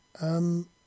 Um